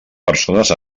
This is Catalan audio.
persones